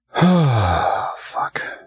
Fuck